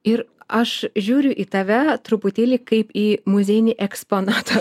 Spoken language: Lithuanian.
ir aš žiūriu į tave truputėlį kaip į muziejinį eksponatą